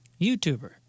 YouTuber